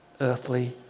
earthly